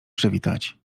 przywitać